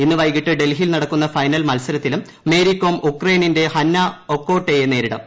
ഇന്ന് വൈകിട്ട് ഡൽഹിയിൽ നടക്കുന്ന ഫൈനൽ മൽസരത്തിലും മേരി കോം ഉക്രയിനിന്റെ ഹന്ന ഒക്കോട്ടയെ നേരിടും